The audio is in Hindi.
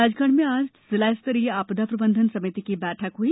राजगढ़ में आज जिलास्तरीय आपदा प्रबंधन समिति की बैठक हुई